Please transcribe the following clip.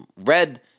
red